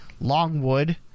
longwood